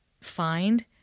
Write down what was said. find